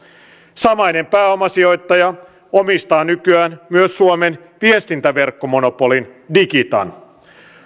samainen pääomasijoittaja omistaa nykyään myös suomen viestintäverkkomonopoli digitan